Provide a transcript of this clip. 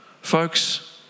Folks